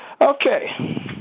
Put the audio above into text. okay